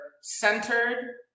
centered